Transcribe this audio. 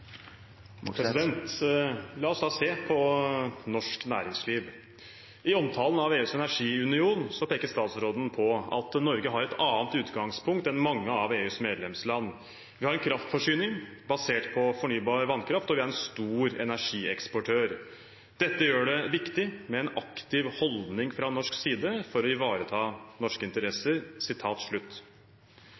La oss da se på norsk næringsliv. I omtalen av EUs energiunion peker statsråden på at Norge har et annet utgangspunkt enn mange av EUs medlemsland: «Vi har en kraftforsyning basert på fornybar vannkraft, og vi er en stor energieksportør. Dette gjør det viktig med en aktiv holdning fra norsk side for å ivareta norske interesser.»